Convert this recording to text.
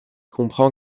comprend